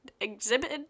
Exhibit